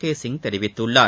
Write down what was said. கேசிங் தெரவித்துள்ளார்